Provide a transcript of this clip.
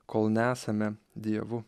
kol nesame dievu